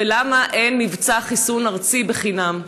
ולמה אין מבצע חיסון ארצי בחינם?